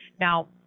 Now